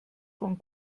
von